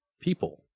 people